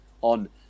on